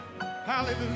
Hallelujah